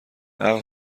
عقل